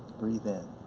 breathe in,